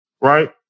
right